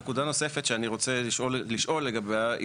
נקודה נוספת שאני רוצה לשאול לגביה,